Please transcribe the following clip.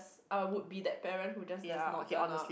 I would be that parent who just does not turn up